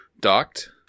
docked